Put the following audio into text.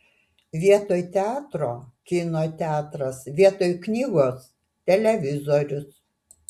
vietoj teatro kino teatras vietoj knygos televizorius